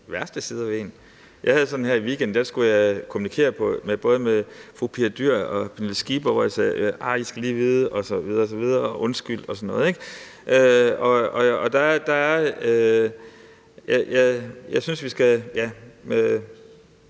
de værste sider af en. Jeg havde det sådan her i weekenden, hvor jeg skulle kommunikere med både fru Pia Dyhr Olsen og fru Pernille Skipper, hvor jeg sagde: »I skal lige vide« osv. osv., »undskyld« og sådan noget. Jeg synes, vi skal